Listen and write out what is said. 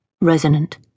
resonant